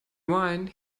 wine